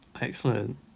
Excellent